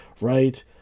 right